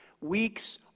weeks